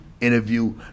interview